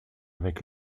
avec